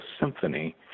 Symphony